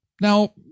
Now